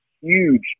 huge